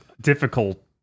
difficult